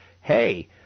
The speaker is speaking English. Hey